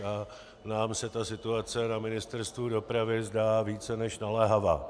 A nám se ta situace na Ministerstvu dopravy zdá více než naléhavá.